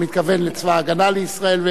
המתכוון לצבא-ההגנה לישראל.